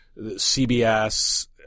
CBS